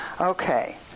okay